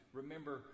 remember